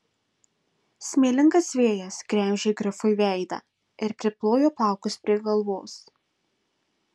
smėlingas vėjas gremžė grifui veidą ir priplojo plaukus prie galvos